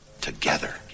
together